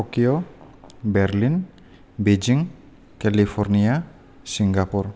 Tokyo Berlin Beijing California Singapore